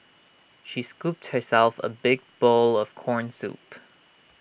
she scooped herself A big bowl of Corn Soup